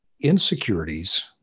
insecurities